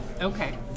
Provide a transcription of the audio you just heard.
Okay